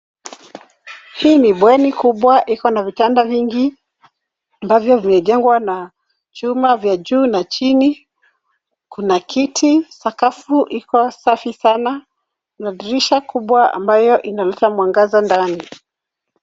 Hii ni bweni kubwa iko na vitanda vingi ambavyo vimejengwa na chuma vya juu na chini. Kuna kiti ,sakafu iko safi sana na dirisha kubwa ambayo inaleta mwangaza ndani.